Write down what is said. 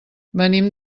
venim